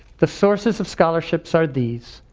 the sources of scholarships are these,